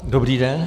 Dobrý den.